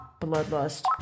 Bloodlust